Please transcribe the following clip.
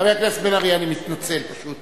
חבר הכנסת בן-ארי, אני מתנצל.